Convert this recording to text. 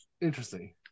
Interesting